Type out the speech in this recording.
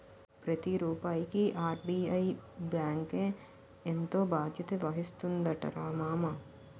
ప్రతి రూపాయికి ఆర్.బి.ఐ బాంకే ఎంతో బాధ్యత వహిస్తుందటరా మామా